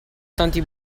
tanti